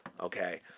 okay